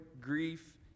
grief